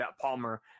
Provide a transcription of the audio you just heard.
Palmer